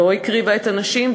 לא הקריבה את הנשים,